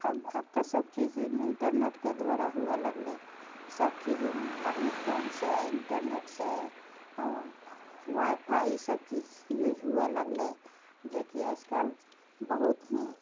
आब आब तऽ सभचीज इन्टरनेटके द्वारा हुए लगलै सभचीज आदमी फोनसँ इन्टरनेटसँ आ वाइ फाइ सभचीज यूज हुए लगलै जेकि आजकल बहुत ही